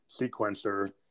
sequencer